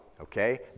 okay